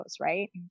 right